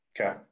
Okay